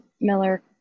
Miller